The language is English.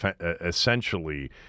essentially –